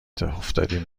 افتادیم